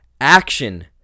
action